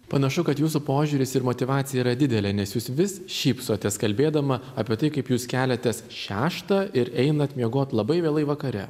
panašu kad jūsų požiūris ir motyvacija yra didelė nes jūs vis šypsotės kalbėdama apie tai kaip jūs keliatės šeštą ir einat miegot labai vėlai vakare